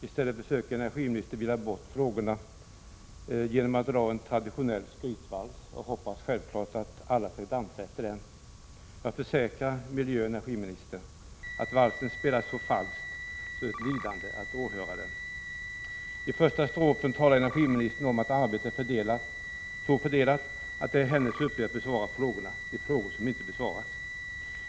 I stället försöker energiministern villa bort frågorna genom att dra en traditionell skrytvals, och hon hoppas självfallet att alla skall dansa efter den. Jag försäkrar miljöoch energiministern att valsen spelas så falskt att det är ett lidande att åhöra den. I första strofen talar energiministern om att arbetet är så fördelat att det är hennes uppgift att besvara frågorna, de frågor som inte besvaras.